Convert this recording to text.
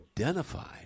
identified